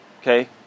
okay